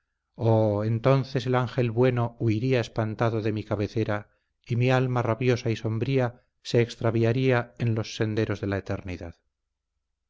oh entonces el ángel bueno huiría espantado de mi cabecera y mi alma rabiosa y sombría se extraviaría en los senderos de la eternidad